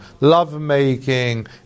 lovemaking